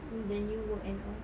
in the new work and all